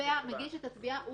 כשהתובע מגיש את התביעה,